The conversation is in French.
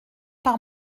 par